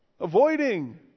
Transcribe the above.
avoiding